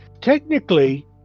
technically